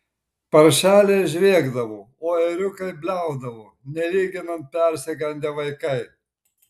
paršeliai žviegdavo o ėriukai bliaudavo nelyginant persigandę vaikai